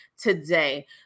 today